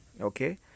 okay